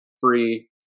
free